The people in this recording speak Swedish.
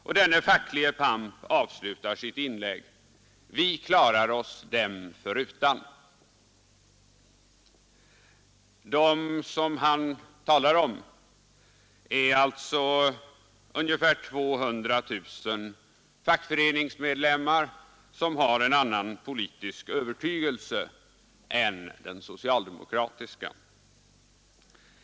Och denne facklige pamp avslutar sitt inlägg: ” Vi klarar oss dem förutan.” Dem han talar om är alltså ungefär 200 000 fackföreningsmedlemmar, som har en annan politisk övertygelse än den socialdemokratiska.